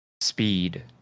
Speed